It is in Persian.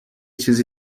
چیز